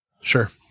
Sure